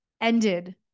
ended